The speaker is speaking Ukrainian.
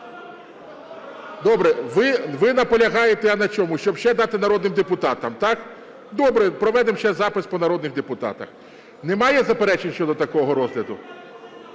Добре, ви наполягаєте на чому, щоб ще дати народним депутатам, так? Добре, проведемо ще запис по народних депутатах. Немає заперечень щодо такого розгляду?